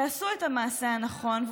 תעשו את המעשה הנכון,